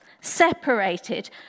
separated